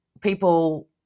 people